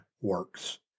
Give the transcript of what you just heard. works